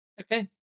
Okay